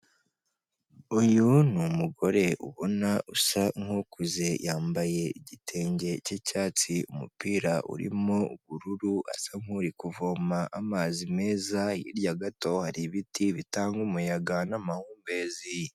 Uyu ni umugore ubona usa nk'ukuze yambaye igitenge cy'icyatsi umupira urimo ubururu, asa nkuri kuvoma amazi meza hiyya gato hari ibiti bitanga umuyaga n'amahumbezi.